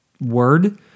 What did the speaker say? word